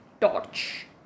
torch